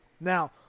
Now